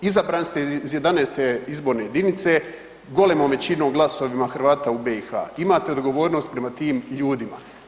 Izabrani ste iz 11. izborne jedinice golemom većinom glasovima Hrvata u BiH, imate odgovornost prema tim ljudima.